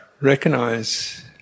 recognize